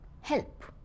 help